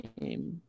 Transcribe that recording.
name